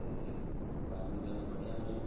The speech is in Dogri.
ते बारह्मीं तक्कर पढ़ेआ में